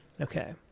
Okay